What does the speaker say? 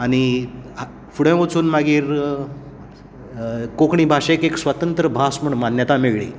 आनी फुडें वचून मागीर कोंकणी भाशेक एक स्वतंत्र भास म्हण मान्यताय मेळ्ळी